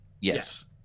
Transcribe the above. Yes